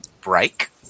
break